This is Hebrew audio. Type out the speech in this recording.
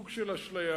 סוג של אשליה.